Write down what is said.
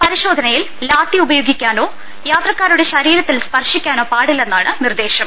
പരിശോധനയിൽ ലാത്തി ഉപയോഗിക്കാനോ യാത്രക്കാ രുടെ ശരീരത്തിൽ സ്പർശിക്കാനോ പാടില്ലെന്നാണ് നിർദ്ദേശം